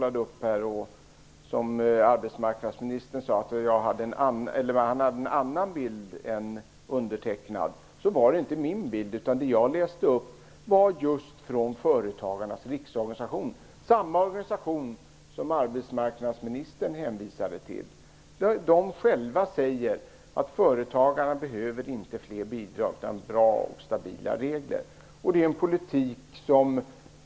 Arbetsmarknadsministern sade att han hade en annan bild än undertecknad. Men den bild som jag målade upp var inte min bild. Jag läste bara upp vad Företagarnas riksorganisation hade anfört, samma organisation som arbetsmarknadsministern hänvisade till. Företagarnas riksorganisation säger själv att företagarna inte behöver mer bidrag utan i stället bra och stabila regler.